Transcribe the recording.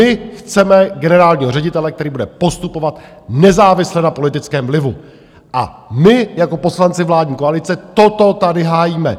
My chceme generálního ředitele, který bude postupovat nezávisle na politickém vlivu, a my jako poslanci vládní koalice toto tady hájíme.